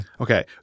Okay